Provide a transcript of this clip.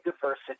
diversity